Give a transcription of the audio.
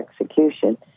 execution